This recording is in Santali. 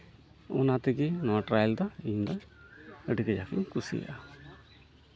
ᱚᱱᱟ ᱛᱮᱜᱮ ᱱᱚᱣᱟ ᱴᱨᱟᱭᱮᱞ ᱫᱚ ᱤᱧ ᱫᱚ ᱟᱹᱰᱤ ᱠᱟᱡᱟᱠ ᱤᱧ ᱠᱩᱥᱤᱭᱟᱜᱼᱟ